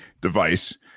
device